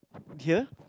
here